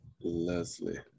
Leslie